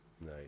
Nice